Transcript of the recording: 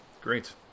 great